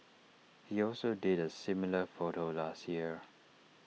he also did A similar photo last year